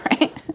right